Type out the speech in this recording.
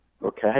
Okay